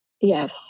Yes